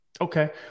Okay